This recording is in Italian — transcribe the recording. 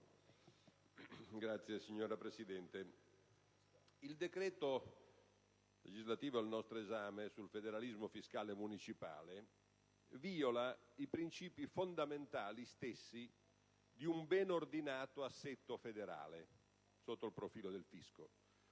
*(PD)*. Signora Presidente, il decreto legislativo al nostro esame sul federalismo fiscale municipale viola i principi fondamentali stessi di un ben ordinato assetto federale sotto il profilo del fisco.